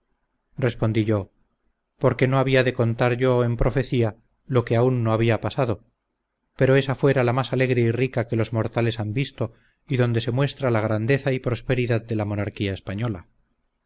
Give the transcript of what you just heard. respondí yo porque no había de contar yo en profecía lo que aun no había pasado pero esa fuera la más alegre y rica que los mortales han visto y donde se muestra la grandeza y prosperidad de la monarquía española